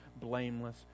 blameless